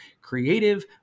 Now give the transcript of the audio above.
creative